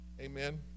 amen